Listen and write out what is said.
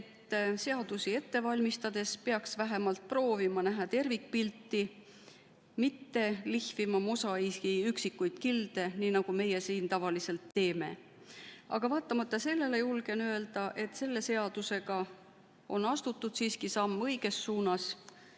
et seadusi ette valmistades peaks vähemalt proovima näha tervikpilti, mitte lihvima mosaiigi üksikuid kilde, nii nagu meie siin tavaliselt teeme. Aga vaatamata sellele julgen öelda, et selle seadusega on astutud samm õiges suunas.